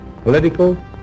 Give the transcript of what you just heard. political